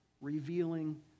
revealing